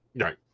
Right